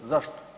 Zašto?